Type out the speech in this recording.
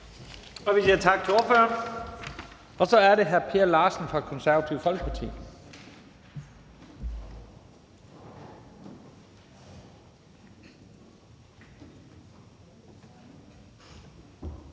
Vi siger tak til ordføreren, og så er det hr. Per Larsen fra Det Konservative Folkeparti.